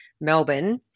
Melbourne